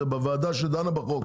זה בוועדה שדנה בחוק,